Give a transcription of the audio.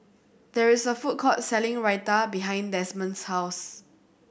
there is a food court selling Raita behind Desmond's house